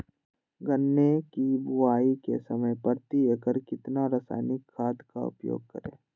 गन्ने की बुवाई के समय प्रति एकड़ कितना रासायनिक खाद का उपयोग करें?